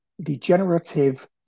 degenerative